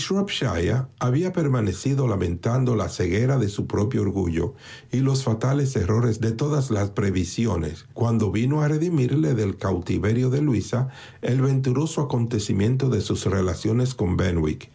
había permanecido lamentando la ceguera de su propio orgullo y los fatales errores de todas sus previsiones cuando vino a redimirle del cautiverio de luisa el venturoso acontecimiento de sus relaciones con